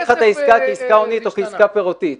לך את העסקה כעסקה הונית או כעסקה פירותית.